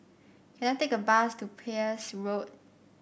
can I take a bus to Peirce Road